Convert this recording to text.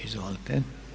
Izvolite.